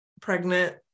pregnant